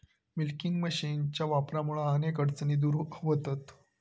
milking मशीनच्या वापरामुळा अनेक अडचणी दूर व्हतहत